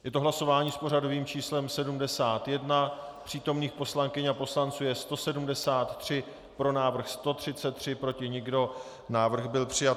Je to hlasování s pořadovým číslem 71, přítomných poslankyň a poslanců je 173, pro návrh 133, proti nikdo, návrh byl přijat.